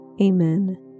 Amen